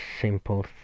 simple